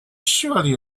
surely